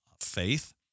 faith